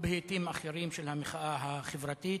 ובהיבטים אחרים של המחאה החברתית.